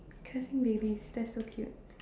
cursing babies that's so cute